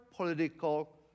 Political